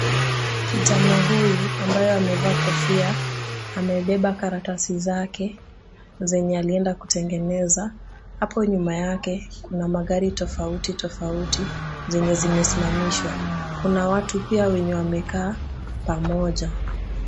Kijana huyu ambayo amevaa kofia, amebeba karatasi zake zenye alienda kutengeneza. Hapo nyuma yake kuna magari tofauti tofaut zenye zimesimamishwa. Kuna watu pia wenye wamekaa pamoja.